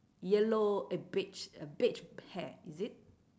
yellow uh beige beige pair is it